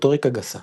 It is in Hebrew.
מוטוריקה גסה